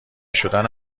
شدن